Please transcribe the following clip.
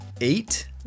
eight